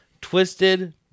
Twisted